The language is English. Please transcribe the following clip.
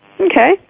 Okay